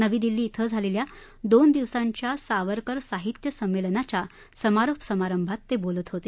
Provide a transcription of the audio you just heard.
नवी दिल्ली ्यें झालेल्या दोन दिवसांच्या सावरकर साहित्य संमेलनाच्या समारोप समारंभात ते बोलत होते